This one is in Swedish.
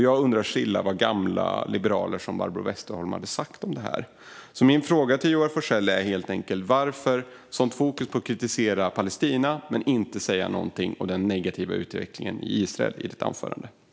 Jag undrar stilla vad gamla liberaler som Barbro Westerholm hade sagt om detta. Min fråga till Joar Forssell är helt enkelt: Varför ett sådant fokus på att kritisera Palestina när det inte sägs någonting om den negativa utvecklingen i Israel i anförandet?